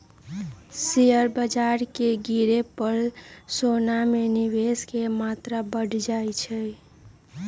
share बाजार के गिरे पर सोना में निवेश के मत्रा बढ़ जाइ छइ